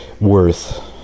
worth